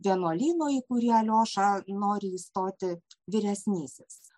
vienuolyno į kurį alioša nori įstoti vyresnysis